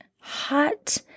hot